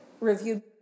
reviewed